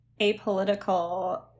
apolitical